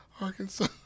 Arkansas